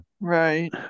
Right